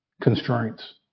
constraints